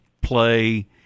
play